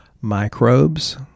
microbes